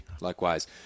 likewise